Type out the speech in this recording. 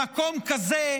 במקום כזה,